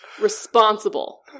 Responsible